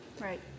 right